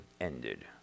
ended